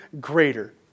greater